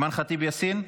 אימאן ח'טיב יאסין,